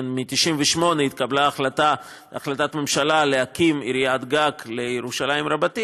ב-1998 התקבלה החלטת ממשלה להקים עיריית-גג לירושלים רבתי,